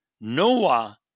Noah